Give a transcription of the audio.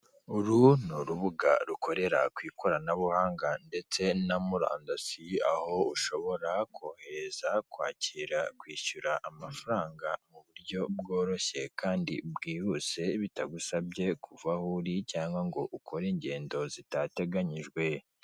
Akazu k'umuhondo gakorerwamo n'isosiyete y'itumanaho mu Rwanda ya emutiyene, harimo umugabo uhagaze witeguye guha serivisi abaza bamugana zirimo; kubitsa, kubikuza, cyangwa kohereza amafaranga.